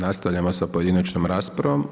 Nastavljamo sa pojedinačnom raspravom.